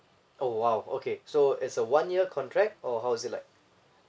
oh !wow! okay so it's a one year contract or how is it like